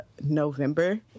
november